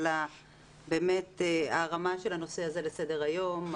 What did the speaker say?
על הרמת הנושא הזה לסדר היום,